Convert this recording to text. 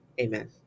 Amen